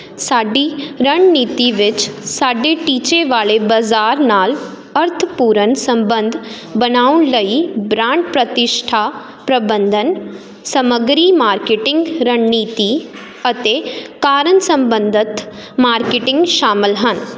ਸਾਡੀ ਰਣਨੀਤੀ ਵਿੱਚ ਸਾਡੇ ਟੀਚੇ ਵਾਲੇ ਬਾਜ਼ਾਰ ਨਾਲ ਅਰਥਪੂਰਨ ਸਬੰਧ ਬਣਾਉਣ ਲਈ ਬ੍ਰਾਂਡ ਪ੍ਰਤਿਸ਼ਠਾ ਪ੍ਰਬੰਧਨ ਸਮੱਗਰੀ ਮਾਰਕਿਟਿੰਗ ਰਣਨੀਤੀ ਅਤੇ ਕਾਰਨ ਸਬੰਧਿਤ ਮਾਰਕਿਟਿੰਗ ਸ਼ਾਮਿਲ ਹਨ